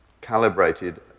calibrated